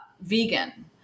vegan